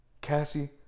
Cassie